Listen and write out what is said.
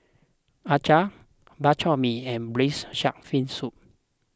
Acar Bak Chor Mee and Braised Shark Fin Soup